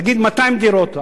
נגיד 200 דירות,